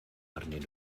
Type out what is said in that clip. arnyn